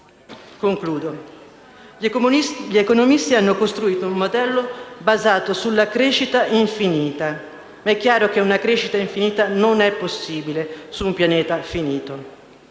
Concludo. Gli economisti hanno costruito un modello basato sulla crescita infinita; ma è chiaro che una crescita infinita non è possibile su un pianeta finito.